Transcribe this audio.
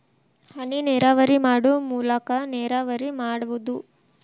ಹನಿನೇರಾವರಿ ಮಾಡು ಮೂಲಾಕಾ ನೇರಾವರಿ ಮಾಡುದು